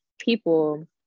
people